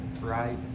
right